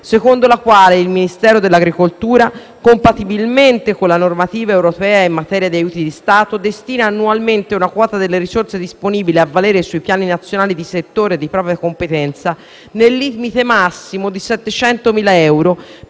agricole alimentari e forestali, compatibilmente con la normativa europea in materia di aiuti di Stato, destina annualmente una quota delle risorse disponibili a valere sui piani nazionali di settore di propria competenza, nel limite massimo di 700.000 euro,